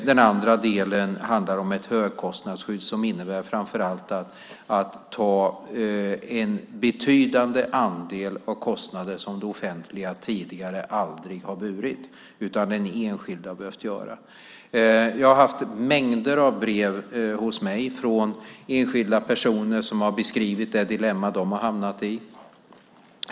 Det handlade också om ett högkostnadsskydd, det vill säga om att ta en betydande andel av de kostnader som det offentliga tidigare aldrig har burit utan som den enskilde har fått bära. Jag har fått mängder av brev från enskilda personer som har beskrivit det dilemma de har hamnat i.